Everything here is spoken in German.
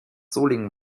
solingen